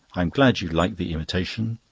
i'm glad you like the imitation,